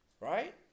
Right